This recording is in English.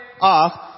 off